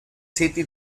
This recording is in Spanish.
city